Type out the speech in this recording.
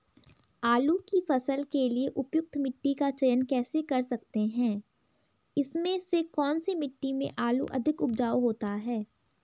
आलू की फसल के लिए उपयुक्त मिट्टी का चयन कैसे कर सकते हैं इसमें से कौन सी मिट्टी में आलू अधिक उपजाऊ होता है?